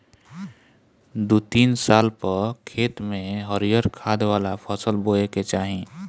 दू तीन साल पअ खेत में हरिहर खाद वाला फसल बोए के चाही